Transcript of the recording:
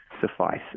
suffice